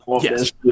Yes